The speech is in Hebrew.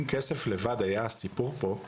אם כסף לבד היה הסיפור פה,